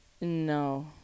No